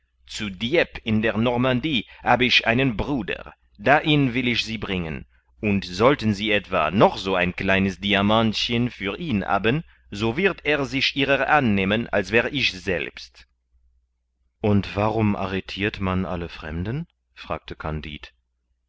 zu dieppe in der normandie hab ich einen bruder dahin will ich sie bringen und sollten sie etwa noch so ein kleines diamantchen für ihn haben so wird er sich ihrer annehmen als wär ich's selbst und warum arretirt man alle fremden fragte kandid